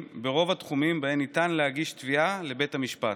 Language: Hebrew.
ברוב התחומים שבהם ניתן להגיש תביעה לבית המשפט,